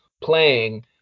playing